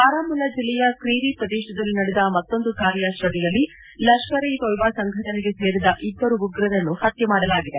ಬಾರಾಮುಲ್ತಾ ಜಿಲ್ಲೆಯ ಕ್ರೀರಿ ಪ್ರದೇಶದಲ್ಲಿ ನಡೆದ ಮತ್ತೊಂದು ಕಾರ್ಯಾಚರಣೆಯಲ್ಲಿ ಲಷ್ಲರ್ ಇ ತೊಯಿಬಾ ಸಂಘಟನೆಗೆ ಸೇರಿದ ಇಬ್ಬರು ಉಗ್ರರನ್ನು ಹತ್ಯೆ ಮಾಡಲಾಗಿದೆ